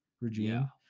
regime